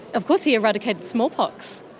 of course, he eradicated smallpox.